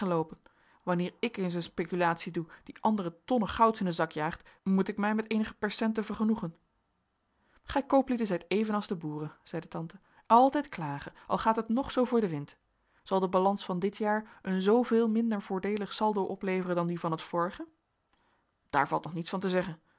wanneer ik eens een speculatie doe die anderen tonnen gouds in den zak jaagt moet ik mij met eenige percenten vergenoegen gij kooplieden zijt evenals de boeren zeide tante altijd klagen al gaat het nog zoo voor den wind zal de balans van dit jaar een zooveel minder voordeelig saldo opleveren dan die van het vorige daar valt nog niets van te zeggen